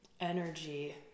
energy